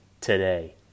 today